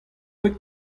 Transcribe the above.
bet